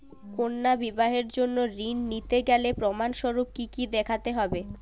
কন্যার বিবাহের জন্য ঋণ নিতে গেলে প্রমাণ স্বরূপ কী কী দেখাতে হবে?